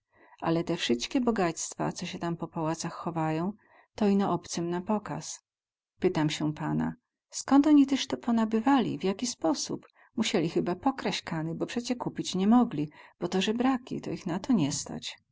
ale te wsyćkie bogactwa co sie tam po tych pałacach chowają to ino obcym na pokaz pytam sie pana skąd oni tyz to ponabywali w jaki sposób musieli cheba pokraść kany bo przecie kupić nie kupili bo to zebraki to ich na to nie stać